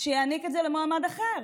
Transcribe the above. וזה יעניק אותו למועמד אחר.